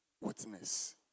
witness